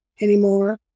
anymore